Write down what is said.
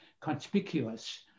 conspicuous